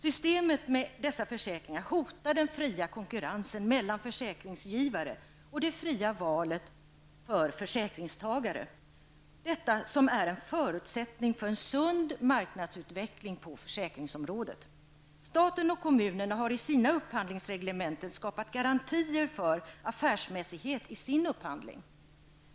Systemet med dessa försäkringar hotar den fria konkurrensen mellan försäkringsgivare och det fria valet för försäkringstagare, detta som är en förutsättning för en sund marknadsutveckling på försäkringsområdet. Staten och kommunerna har i sina upphandlingsreglementen skapat garantier för affärsmässighet i sin upphandling.